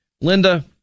linda